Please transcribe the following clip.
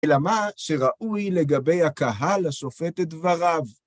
אלא מה שראוי לגבי הקהל השופט את דבריו.